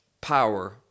power